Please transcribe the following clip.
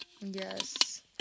yes